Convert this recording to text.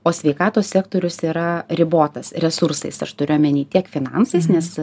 o sveikatos sektorius yra ribotas resursais aš turiu omeny tiek finansais nes